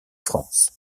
france